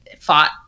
fought